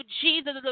Jesus